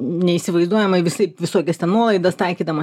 neįsivaizduojamai visaip visokias ten nuolaidas taikydamas